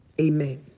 Amen